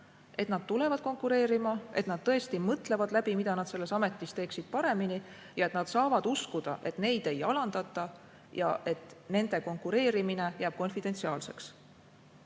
nad tulevad konkureerima, nad tõesti mõtlevad läbi, mida nad selles ametis teeksid paremini ja et nad saavad uskuda, et neid ei alandata ja et nende konkureerimine jääb konfidentsiaalseks.